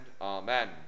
Amen